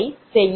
2916 0